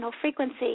frequency